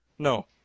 No